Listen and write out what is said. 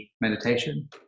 meditation